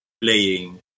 playing